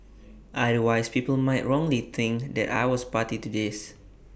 otherwise people might wrongly think that I was party to this